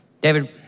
David